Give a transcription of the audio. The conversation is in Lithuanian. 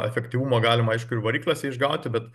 efektyvumą galima aišku ir varikliuose išgauti bet